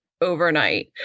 overnight